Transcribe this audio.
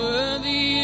Worthy